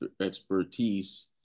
expertise